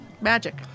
Magic